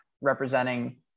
representing –